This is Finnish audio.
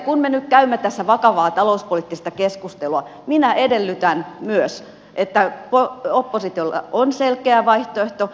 kun me nyt käymme tässä vakavaa talouspoliittista keskustelua minä edellytän myös että oppositiolla on selkeä vaihtoehto